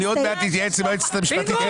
אני עוד מעט אתייעץ עם היועצת המשפטית.